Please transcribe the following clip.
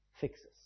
fixes